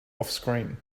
offscreen